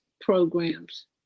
programs